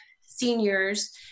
seniors